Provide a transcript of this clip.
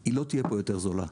היא לא תהיה פה יותר זולה.